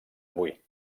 avui